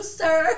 sir